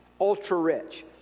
ultra-rich